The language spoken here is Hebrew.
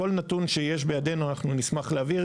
כל נתון שיש בידינו אנחנו נשמח להעביר.